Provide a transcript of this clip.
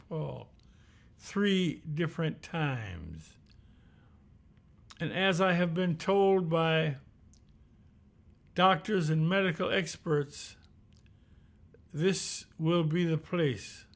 paul three different times and as i have been told by doctors and medical experts this will be the place